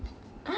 LOL